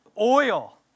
oil